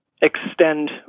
extend